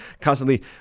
constantly